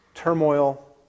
turmoil